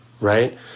right